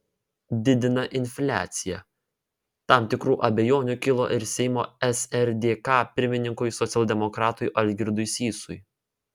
didina infliaciją tam tikrų abejonių kilo ir seimo srdk pirmininkui socialdemokratui algirdui sysui